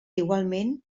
igualment